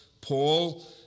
Paul